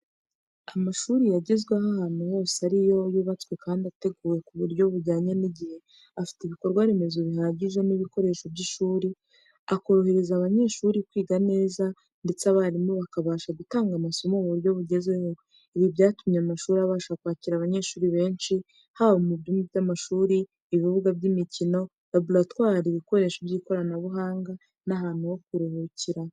Amashuri yagezweho ahantu hose ni ayo yubatswe kandi ateguwe ku buryo bujyanye n’igihe, afite ibikorwa remezo bihagije n’ibikoresho by’ishuri, akorohereza abanyeshuri kwiga neza, ndetse abarimu bakabasha gutanga amasomo mu buryo bugezweho. Ibi byatumye amashuri abasha kwakira abanyeshuri benshi, haba mu byumba by’amashuri, ibibuga by’imikino, laboratwari, ibikoresho by’ikoranabuhanga n’ahantu ho kuruhukira.